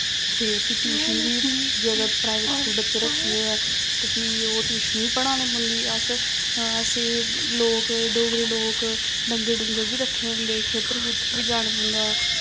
ते फ्ही टयूशन बी जेकर प्राइवेट स्कूल बच्चे रक्खे दे ते फ्ही ओह् टयूशन बी पढ़ानी पौंदी अस अस एह् लोक डोगरे लोक डंगर डुंगर बी रक्खे दे होंदे खेत्तर खूत्तर बी जाना पौंदा